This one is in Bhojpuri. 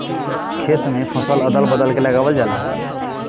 खेत में फसल के अदल बदल के लगावल जाला